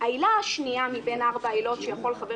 העילה השנייה מבין ארבע העילות שיכול חבר